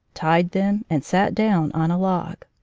tied them, and sat down on a log.